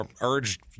urged